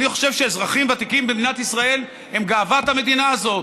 אני חושב שאזרחים ותיקים במדינת ישראל הם גאוות המדינה הזאת,